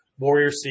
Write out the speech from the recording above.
warriorc